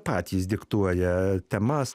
patys diktuoja temas